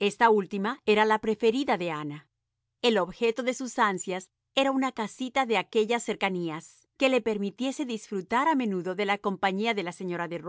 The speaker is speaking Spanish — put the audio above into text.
esta última era la preferida por ana el objeto de sus ansias era una casita de aquellas cercanías que le permitiese disfrutar a menudo de la compañía de la señora de